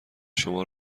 شما